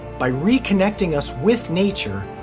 by reconnecting us with nature,